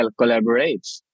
collaborates